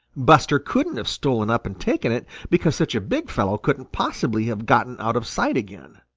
buster couldn't have stolen up and taken it, because such a big fellow couldn't possibly have gotten out of sight again.